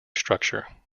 structure